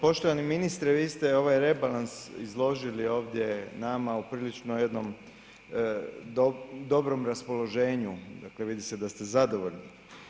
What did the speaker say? Poštovani ministre, vi ste ovaj rebalans izložili ovdje nama u prilično jednom dobrom raspoloženju, dakle vidi se da ste zadovoljni.